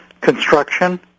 construction